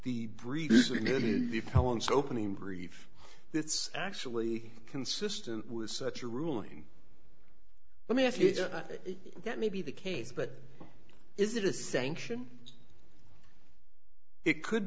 the breeder's we merely the felons opening brief that's actually consistent with such a ruling let me ask you if that may be the case but is it a sanction it could